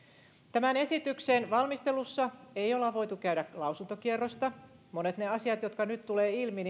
tämän esityksen valmistelussa ei ole voitu käydä lausuntokierrosta monet niistä asioista jotka nyt tulevat ilmi